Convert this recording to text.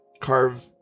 carve